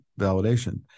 validation